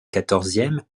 quatorzième